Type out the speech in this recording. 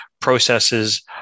processes